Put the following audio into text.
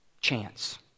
chance